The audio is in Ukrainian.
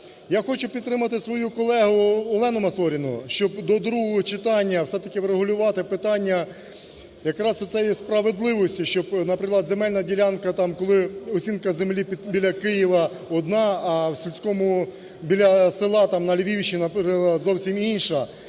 Я хочу підтримати свою колегу Олену Масоріну, щоб до другого читання все-таки врегулювати питання якраз оцієї справедливості, щоб, наприклад, земельна ділянка там, коли оцінка землі біля Києва одна, а в сільському… біля села там на Львівщині зовсім інша,